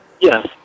Yes